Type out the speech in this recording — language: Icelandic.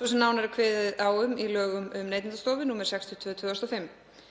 svo sem nánar er kveðið á um í lögum um Neytendastofu, nr. 62/2005.